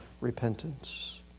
repentance